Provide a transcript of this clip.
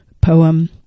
poem